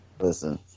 Listen